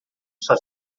sua